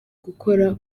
gukora